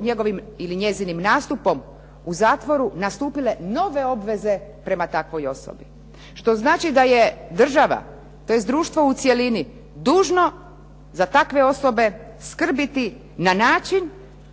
njegovim ili njezinim nastupom u zatvoru nastupile nove obveze prema takvoj osobi, što znači da je država, tj. društvo u cjelini, dužno za takve osobe skrbiti na način